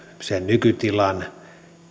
sen nykytilan